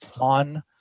on